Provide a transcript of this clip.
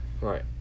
Right